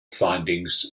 findings